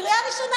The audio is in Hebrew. קריאה ראשונה,